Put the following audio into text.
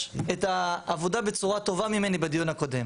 את העבודה בצורה טובה ממני בדיון הקודם,